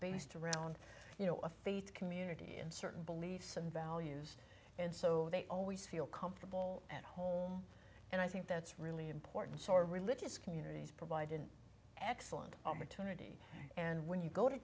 based around you know a faith community and certain beliefs and values and so they always feel comfortable at home and i think that's really important so religious communities provide an excellent opportunity and when you go to